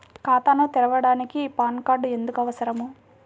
ఖాతాను తెరవడానికి PAN card ఎందుకు అవసరము?